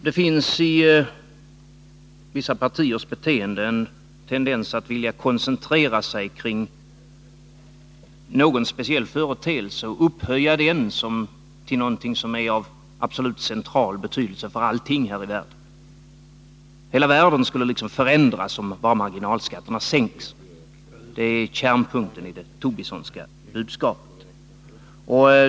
Det finns i vissa partiers beteende en tendens till att vilja koncentrera sig kring någon speciell företeelse och upphöja denna till någonting som är av absolut central betydelse för allting här i världen. Hela världen skulle förändras, om bara marginalskatterna sänktes — det är kärnpunkten i det Tobissonska budskapet.